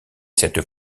cette